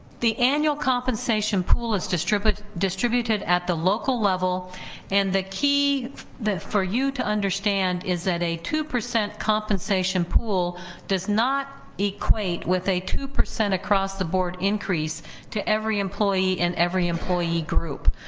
the annual compensation pool is distributed distributed at the local level and the key for you to understand is that a two percent compensation pool does not equate with a two percent across the board increase to every employee and every employee group.